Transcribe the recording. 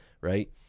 right